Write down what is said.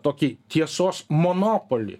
tokį tiesos monopolį